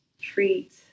treat